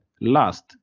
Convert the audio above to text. last